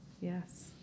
Yes